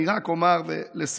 אני רק אומר לסיום